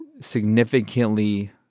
significantly